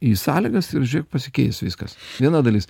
į sąlygas ir žiūrėk pasikeis viskas viena dalis